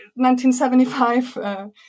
1975